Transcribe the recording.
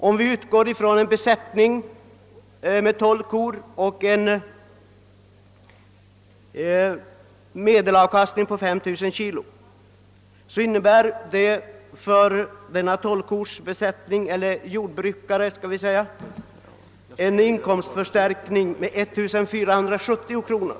Om vi utgår från en besättning med 12 kor och en medelavkastning på 5 000 kg, betyder höjningen för denne jordbrukare en inkomstförstärkning med 1470 kronor.